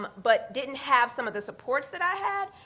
um but didn't have some of the supports that i had,